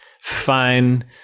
fine